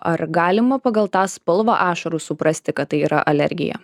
ar galima pagal tą spalvą ašarų suprasti kad tai yra alergija